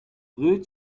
ruth